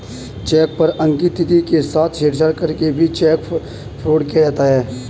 check पर अंकित तिथि के साथ छेड़छाड़ करके भी चेक फ्रॉड किया जाता है